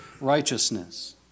righteousness